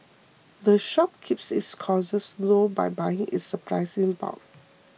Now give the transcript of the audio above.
the shop keeps its costs low by buying its supplies in bulk